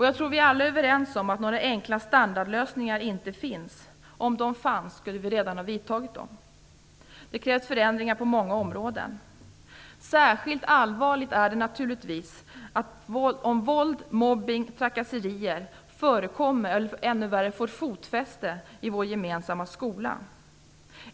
Jag tror att vi alla är överens om att några enkla standardlösningar inte finns - om sådana fanns skulle vi redan ha vidtagit dem. Det krävs förändringar på många områden. Särskilt allvarligt är det naturligtvis om våld, mobbning och trakasserier förekommer eller ännu värre får fotfäste i vår gemensamma skola.